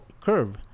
curve